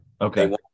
Okay